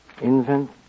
Invent